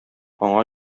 аңа